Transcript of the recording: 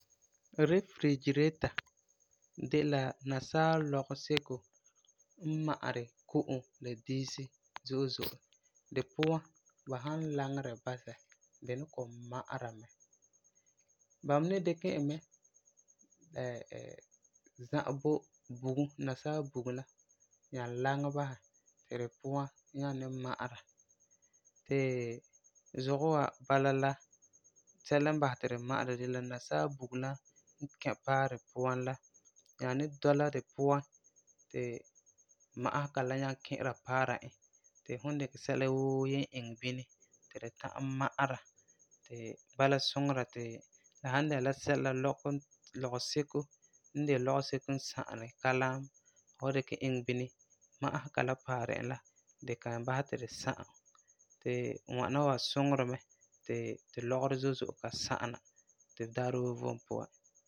Refrigerator de la nasaa lɔkɔ-seko n ma'ari ko'om la diisi zo'e zo'e di puan. Ba san laŋɛ di basɛ di ni kɔ'ɔm ma'ara mɛ. Ba ni dikɛ e mɛ za'ɛ bo bugum, nasaa bugum la, nyaa laŋɛ basɛ ti di puan nyaa ni ma'ara ti zugɔ wa bala la sɛla n basɛ ti di ma'ara de la nasaa bugum la n kɛ paɛ di puan la nyaa ni dɔla di puan ti ma'asega la nyaa ki'ira paara e ti fum n dikɛ sɛla woo yen iŋɛ bini ti di ta'am ma'ara ti bala suŋera ti la san dɛna la sɛla, lɔkɔ, lɔgeseko n de lɔgeseko n sa'ani kalam, fu wan dikɛ iŋɛ bini, ma'asega la paara e la, di kan basɛ ti di sa'am, ti ŋwana suŋeri mɛ ti tu lɔgerɔ zo'e zo'e ka saana tu daarɛ woo vom puan.